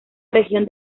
región